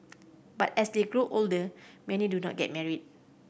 but as they grow older many do get married